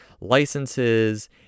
licenses